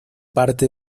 parte